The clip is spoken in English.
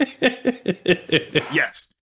Yes